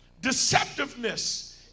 deceptiveness